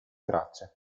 tracce